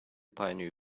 pioneer